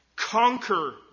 Conquer